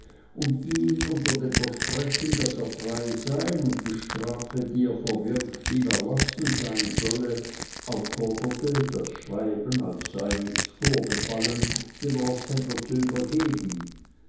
und ihn unter dem versprechen daß er frei sein und die strafe die er verwirkt ihm erlassen sein solle aufforderte das schreiben als sei nichts vorgefallen dem roßhändler zu übergeben